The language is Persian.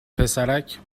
پسرک